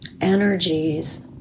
energies